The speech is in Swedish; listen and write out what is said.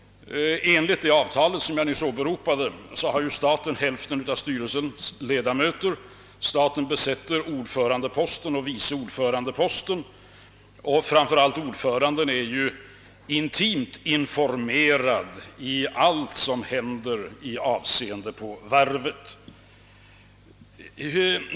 I det avtal jag nyss åberopade har staten hälften av styrelsens ledamöter — staten besätter ordförandeposten och vice ordförandeposten — och framför allt ordföranden är intimt informerad om allt som händer vid varvet.